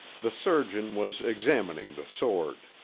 the surgeon was examining the sword.